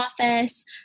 office